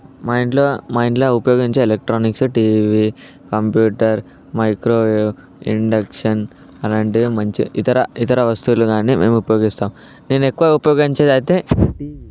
మా ఇంట్లో మా ఇంట్లో ఉపయోగించే electronics TV computer microwave induction అలాంటివి మంచిగా ఇతర ఇతర వస్తువులు కానీ మేము ఉపయోగిస్తాం నేను ఎక్కువగా ఉపయోగించేదైతే